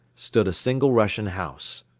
stood a single russian house.